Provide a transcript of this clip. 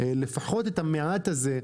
לפחות את המעט הזה,